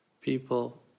People